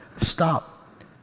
Stop